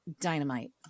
dynamite